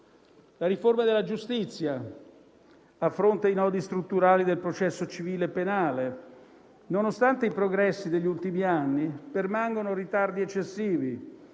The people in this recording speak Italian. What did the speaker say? La riforma della giustizia affronta i nodi strutturali del processo civile e penale. Nonostante i progressi degli ultimi anni, permangono ritardi eccessivi.